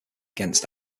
against